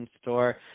store